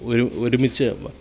ഒരു ഒരുമിച്ച്